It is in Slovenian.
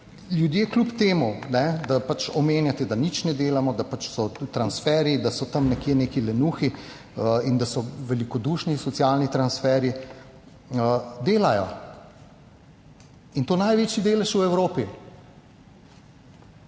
ljudje, kljub temu da omenjate, da nič ne delamo, da so transferji, da so tam nekje neki lenuhi in da so velikodušni socialni transferji, delajo. In to največji delež v Evropi.